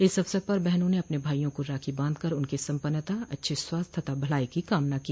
इस अवसर पर बहनों ने अपने भाईयों को राखी बांधकर उनकी संपन्नता अच्छे स्वास्थ्य तथा भलाई की कामना की